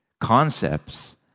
concepts